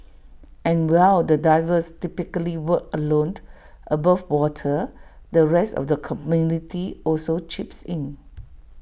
and while the divers typically work alone above water the rest of the community also chips in